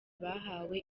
bahawe